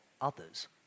others